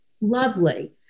lovely